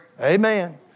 Amen